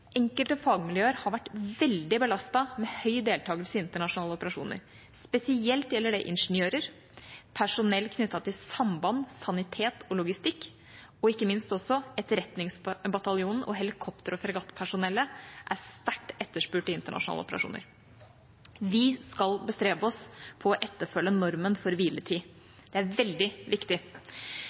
Enkelte fagmiljøer har vært veldig belastet med høy deltakelse i internasjonale operasjoner. Spesielt gjelder det ingeniører og personell knyttet til samband, sanitet og logistikk, og ikke minst også Etterretningsbataljonen og helikopter- og fregattpersonellet er sterkt etterspurt i internasjonale operasjoner. Vi skal bestrebe oss på å etterfølge normen for hviletid. Det er veldig viktig.